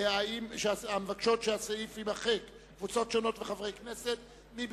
קבוצת סיעת חד"ש, קבוצת סיעת בל"ד,